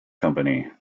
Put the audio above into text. company